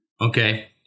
Okay